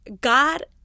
God